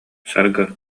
саргы